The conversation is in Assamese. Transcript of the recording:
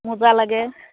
মোজা লাগে